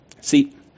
See